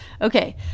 Okay